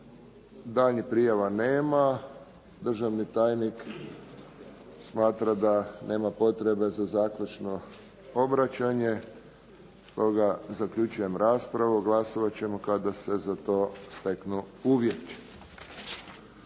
Daljnjih prijava nema. Državni tajnik smatra da nema potrebe za zaključno obraćanje. Stoga zaključujem raspravu. Glasovat ćemo kada se za to steknu uvjeti.